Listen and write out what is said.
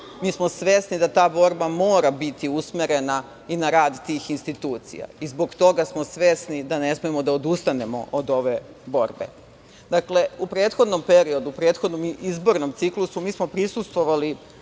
mi smo svesni da ta borba mora biti usmerena i na rad tih institucija. Zbog toga smo svesni da ne smemo da odustanemo od ove borbe. Dakle, u prethodnom periodu, u prethodnom izbornom ciklusu mi smo prisustvovali